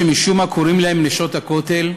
שמשום מה קוראים להן "נשות הכותל",